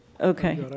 Okay